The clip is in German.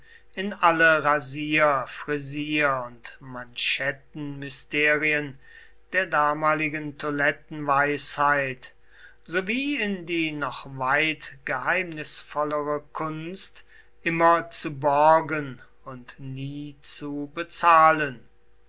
in alle rasier frisier und manschettenmysterien der damaligen toilettenweisheit sowie in die noch weit geheimnisvollere kunst immer zu borgen und nie zu bezahlen